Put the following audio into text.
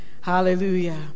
Hallelujah